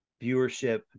viewership